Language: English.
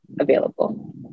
available